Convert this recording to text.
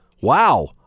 Wow